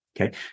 Okay